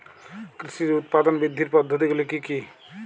কৃষির উৎপাদন বৃদ্ধির পদ্ধতিগুলি কী কী?